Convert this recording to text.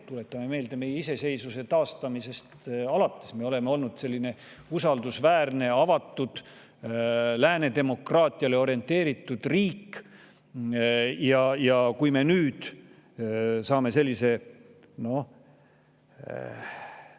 Tuletame meelde, et iseseisvuse taastamisest alates me oleme olnud usaldusväärne, avatud, lääne demokraatiale orienteeritud riik. Kui me nüüd saame endale